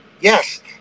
Yes